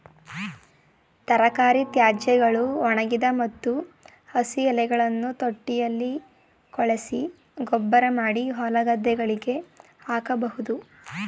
ತರಕಾರಿ ತ್ಯಾಜ್ಯಗಳು, ಒಣಗಿದ ಮತ್ತು ಹಸಿ ಎಲೆಗಳನ್ನು ತೊಟ್ಟಿಯಲ್ಲಿ ಕೊಳೆಸಿ ಗೊಬ್ಬರಮಾಡಿ ಹೊಲಗದ್ದೆಗಳಿಗೆ ಹಾಕಬೋದು